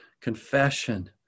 confession